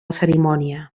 cerimònia